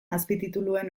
azpitituluen